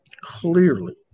clearly